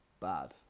bad